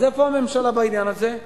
אז איפה הממשלה בעניין הזה?